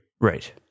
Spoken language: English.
Right